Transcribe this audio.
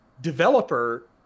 developer